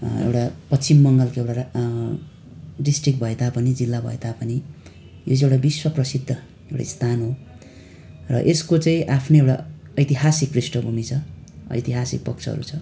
एउटा पश्चिम बङ्गालको एउटा रा डिस्ट्रिक्ट भए तापनि जिल्ला भए तापनि यो चाहिँ एउटा विश्व प्रसिद्ध एउटा स्थान हो र यसको चाहिँ आफ्नै एउटा ऐतिहासिक पृष्ठभूमि छ ऐतिहासिक पक्षहरू छ